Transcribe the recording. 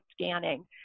scanning